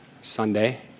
Sunday